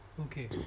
Okay